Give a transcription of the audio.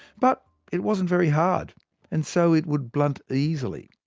but it wasn't very hard and so it would blunt easily.